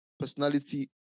personality